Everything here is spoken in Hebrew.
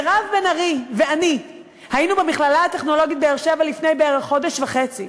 מירב בן ארי ואני היינו במכללה הטכנולוגית באר-שבע לפני בערך חודש וחצי.